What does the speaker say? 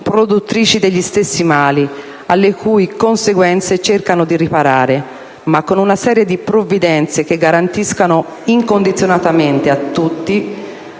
produttrici degli stessi mali alle cui conseguenze cercano di riparare, ma con una serie di provvidenze che garantiscano incondizionatamente a tutti,